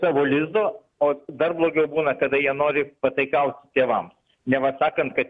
savo lizdo o dar blogiau būna kada jie nori pataikauti tėvams neva sakant kad